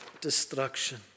destruction